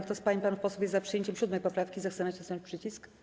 Kto z pań i panów posłów jest za przyjęciem 7. poprawki, zechce nacisnąć przycisk.